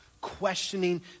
questioning